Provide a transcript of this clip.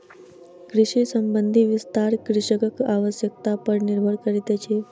कृषि संबंधी विस्तार कृषकक आवश्यता पर निर्भर करैतअछि